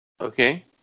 Okay